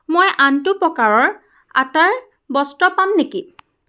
মই আনটো প্ৰকাৰৰ আটাৰ বস্ত্ৰ পাম নেকি